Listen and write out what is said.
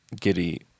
Giddy